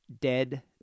Dead